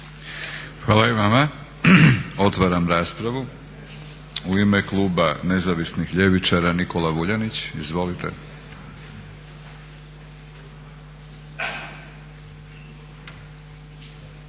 Hvala i vama. Otvaram raspravu. U ime Kluba nezavisnih ljevičara Nikola Vuljanić. Izvolite.